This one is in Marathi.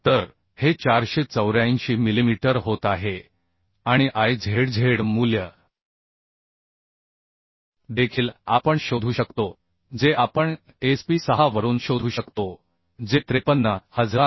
तर हे 484 मिलिमीटर होत आहे आणि Izz मूल्य देखील आपण शोधू शकतो जे आपण SP 6 वरून शोधू शकतो जे 53161